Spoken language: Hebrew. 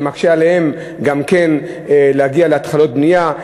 שמקשה עליהם גם כן להגיע להתחלות בנייה.